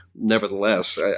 Nevertheless